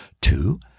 Two